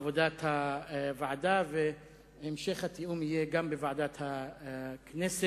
עבודת הוועדה, והמשך התיאום יהיה גם בוועדת הכנסת.